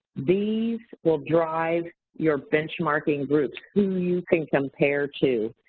these will drive your benchmarking groups, who you can compare to.